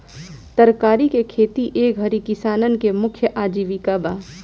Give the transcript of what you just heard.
तरकारी के खेती ए घरी किसानन के मुख्य आजीविका बा